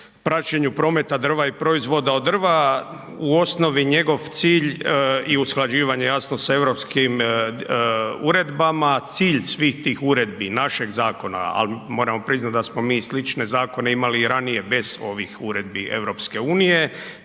praćenju prometa drva i proizvoda od drva, u osnovi njegov cilj i usklađivanje jasno sa europskim uredbama cilj svih tih uredbi našeg zakona ali moramo priznati da smo mi slične zakone imali i ranije bez ovih uredbi EU cilj je